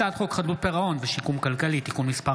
הצעת חוק חדלות פירעון ושיקום כלכלי (תיקון מס'